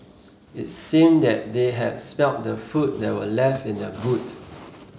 it seemed that they had smelt the food that were left in the boot